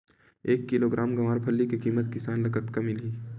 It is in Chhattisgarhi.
एक किलोग्राम गवारफली के किमत किसान ल कतका मिलही?